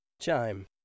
Chime